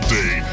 day